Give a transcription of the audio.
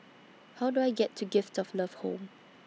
How Do I get to Gift of Love Home